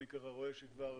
אני ככה רואה שכבר